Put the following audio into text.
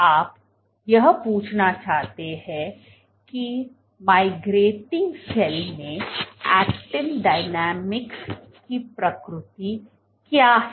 आप यह पूछना चाहते हैं कि माइग्रेटिंग सेल में एक्टिन डायनेमिक्स की प्रकृति क्या है